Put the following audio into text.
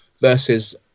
versus